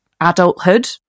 adulthood